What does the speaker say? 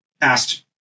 asked